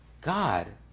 God